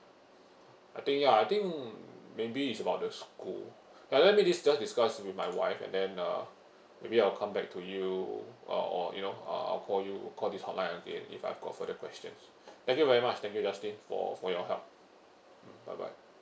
I think ya I think maybe is about the school but then let me just discuss with my wife and then uh maybe I will come back to you uh or you know I I'll call you or call this hotline again if I've got further question thank you very much thank you justin for for your help mm bye bye